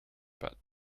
but